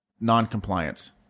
noncompliance